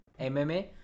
MMA